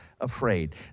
afraid